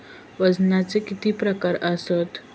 वजनाचे किती प्रकार आसत?